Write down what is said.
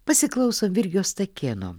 pasiklausom virgio stakėno